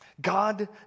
God